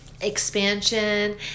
expansion